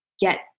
get